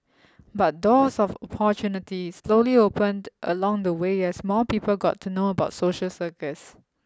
but doors of opportunity slowly opened along the way as more people got to know about social circus